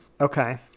okay